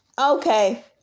Okay